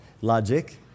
logic